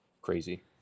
Crazy